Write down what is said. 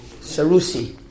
Sarusi